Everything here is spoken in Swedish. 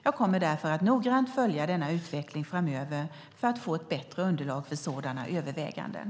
Jag kommer därför att noggrant följa denna utveckling framöver för att få bättre underlag för sådana överväganden.